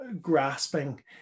grasping